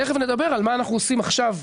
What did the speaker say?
תכף נדבר על מה אנחנו עושים עכשיו,